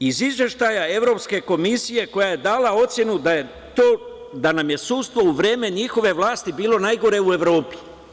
Iz izveštaja Evropske komisije, koja je dala ocenu da nam je sudstvo u vreme njihove vlasti bilo najgore u Evropi.